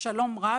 שלום רב,